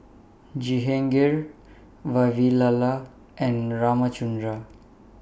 Jehangirr Vavilala and Ramchundra